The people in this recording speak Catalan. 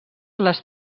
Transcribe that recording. les